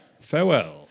farewell